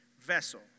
vessel